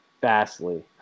vastly